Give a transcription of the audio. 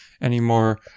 anymore